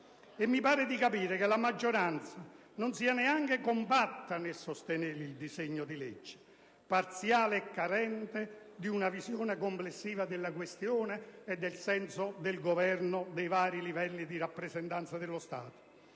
E mi pare di capire che la maggioranza non sia neanche compatta nel sostenere il disegno di legge, parziale e carente di una visione complessiva della questione e del senso di governo dei vari livelli di rappresentanza dello Stato.